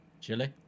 Chili